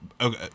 Okay